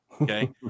okay